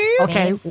Okay